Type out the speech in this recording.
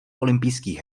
olympijských